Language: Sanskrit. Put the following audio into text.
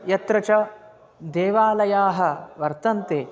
यत्र च देवालयाः वर्तन्ते